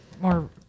more